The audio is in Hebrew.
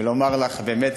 ולומר לך, באמת